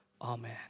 Amen